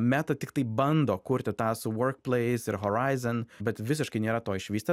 meta tiktai bando kurti tą su vorkplais ir horaizen bet visiškai nėra to išvystę